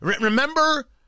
Remember